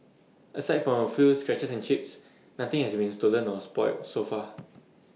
aside from A few scratches and chips nothing has been stolen or spoilt so far